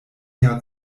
jahr